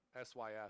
S-Y-S